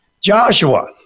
Joshua